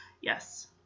yes